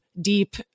deep